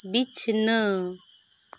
ᱵᱤᱪᱷᱱᱟ